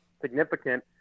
significant